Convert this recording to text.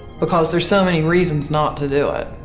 because there's so many reasons not to do it.